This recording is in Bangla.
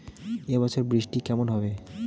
এবছর বৃষ্টি কেমন হবে?